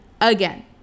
again